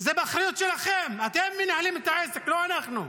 זה באחריות שלכם, אתם מנהלים את העסק, לא אנחנו.